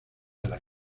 isla